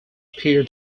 appear